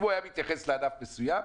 אם הוא היה מתייחס לענף מסוים,